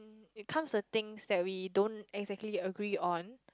mm it comes to things that we don't exactly agree on